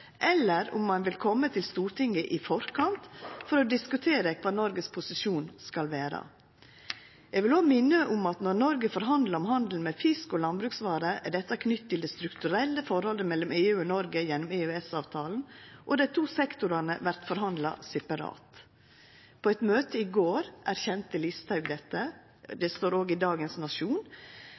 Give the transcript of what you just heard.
eller om ein vil koma til Stortinget i forkant for å diskutera kva Noregs posisjon skal vera. Eg vil òg minna om at når Noreg forhandlar om handel med fisk og landbruksvarer, er dette knytt til det strukturelle forholdet mellom EU og Noreg gjennom EØS-avtalen, og dei to sektorane vert forhandla separat. På eit møte i går erkjente Listhaug dette – det står òg i